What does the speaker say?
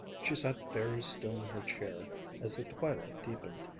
she sat very still in her chair as the twilight deepened,